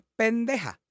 pendeja